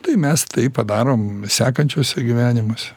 tai mes tai padarom sekančiose gyvenimuose